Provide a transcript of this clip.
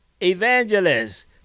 evangelist